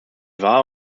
war